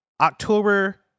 October